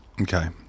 Okay